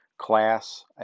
class